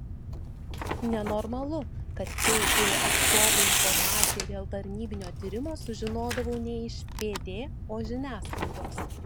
nenormalu kad pd atstovų informaciją dėl tarnybinio tyrimo sužinodavau ne iš pd o žiniasklaidos